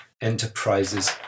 Enterprises